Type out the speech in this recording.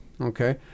Okay